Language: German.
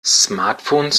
smartphones